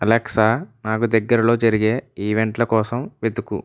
Alexa నాకు దగ్గరలో జరిగే ఈవెంట్ల కోసం వెతుకు